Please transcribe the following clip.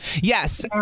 Yes